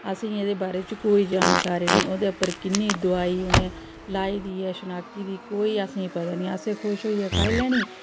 असें गी एह्दी बारै च कोई जानकारी नेईं ओह्दे उप्पर किन्नी दोआई उ'नें लाई दी ऐ छनाकी दी कोई असें गी पता निं असें खुश होइयै खाई लैनी